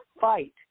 fight